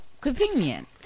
convenient